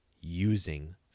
using